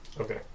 Okay